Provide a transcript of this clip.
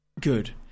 good